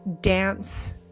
dance